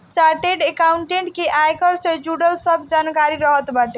chartered accountant के आयकर से जुड़ल सब जानकारी रहत बाटे